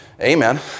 Amen